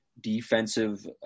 Defensive